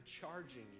charging